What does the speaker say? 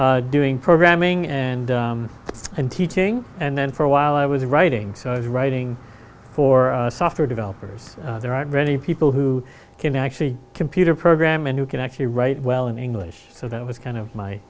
balance doing programming and and teaching and then for a while i was writing so i was writing for software developers there aren't many people who can actually computer program and who can actually write well in english so that was kind of my